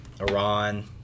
Iran